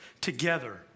together